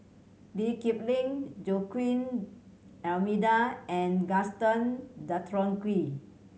Lee Kip Lin Joaquim D'Almeida and Gaston Dutronquoy